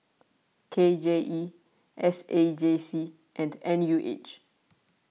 K J E S A J C and N U H